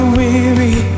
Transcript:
weary